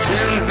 Ten